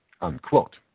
Unquote